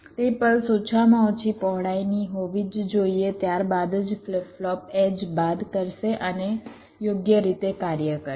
તે પલ્સ ઓછામાં ઓછી પહોળાઈની હોવી જ જોઇએ ત્યારબાદ જ ફ્લિપ ફ્લોપ એડ્જ બાદ કરશે અને યોગ્ય રીતે કાર્ય કરી શકશે